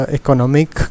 economic